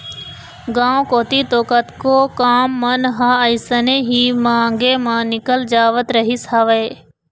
गांव कोती तो कतको काम मन ह अइसने ही मांगे म निकल जावत रहिस हवय